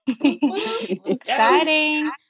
Exciting